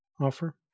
offer